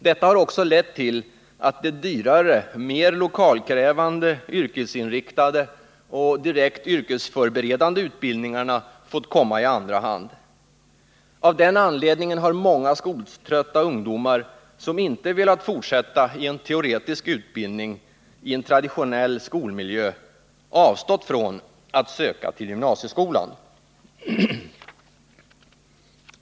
Detta har också lett till att de dyrare, mer lokalkrävande, yrkesinriktade och direkt yrkesförberedande utbildningarna fått komma i andra hand. Av den anledningen har många skoltrötta ungdomar, som inte velat fortsätta i en teoretisk utbildning i en traditionell skolmiljö, avstått från att söka till gymnasieskolan.